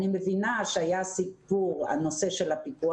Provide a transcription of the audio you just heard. אני מבינה שהיה סיפור על נושא של הפיקוח